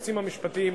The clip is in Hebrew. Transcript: ליועצים המשפטיים,